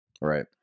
right